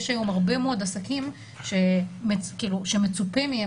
יש היום הרבה מאוד עסקים שמצופה מהם,